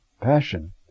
passion